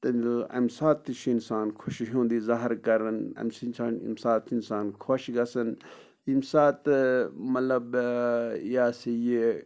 تہٕ اَمہِ ساتہٕ تہِ چھُ اِنسان خوشی ہُنٛد اظہار کَرَان اَمہِ ساتہٕ اِنسان خۄش گَژھان ییٚمہِ ساتہٕ مطلب یہِ ہسا یہِ